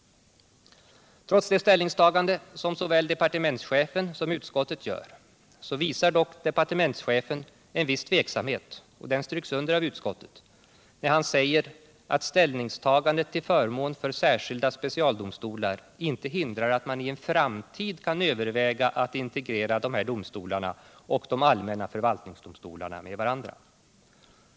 Trots det ställningstagande som såväl departementschefen som utskottet gör, visar dock departementschefen en viss tveksamhet — den stryks under av utskottet — när han säger att ställningstagandet till förmån för särskilda specialområden inte hindrar att man i en framtid kan överväga att integrera dessa domstolar och de allmänna förvaltningsdomstolarna med varandra.